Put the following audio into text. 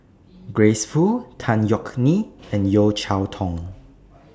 Grace Fu Tan Yeok Nee and Yeo Cheow Tong